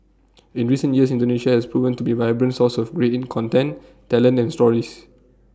in recent years Indonesia has proven to be vibrant source of grating content talent and stories